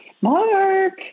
Mark